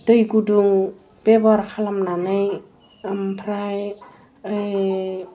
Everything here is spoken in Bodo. दै गुदुं बेब'हार खालामनानै ओमफ्राय